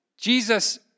Jesus